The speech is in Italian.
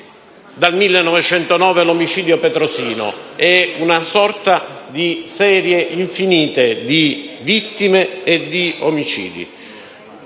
dal 1909 (omicidio Petrosino). È una serie infinita di vittime e di omicidi.